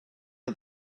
are